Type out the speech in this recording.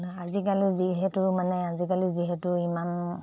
আজিকালি যিহেতু মানে আজিকালি যিহেতু ইমান